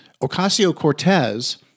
Ocasio-Cortez